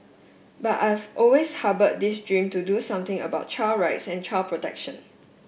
but I've always harboured this dream to do something about child rights and child protection